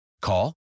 Call